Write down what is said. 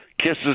kisses